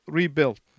rebuilt